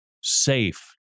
safe